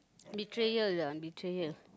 betrayers lah betrayer